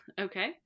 Okay